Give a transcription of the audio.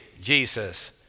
Jesus